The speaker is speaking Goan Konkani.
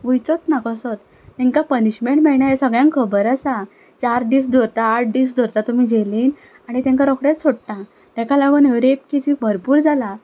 वयचोच ना कसोच तांकां पनीशमेंट मेळना हें सगल्यांक खबर आसा चार दीस दवरता आठ दीस दवरता तुमी जेलीन आनी तांकां रोकडे सोडटात ताका लागून रेप केसीस भरपूर जाला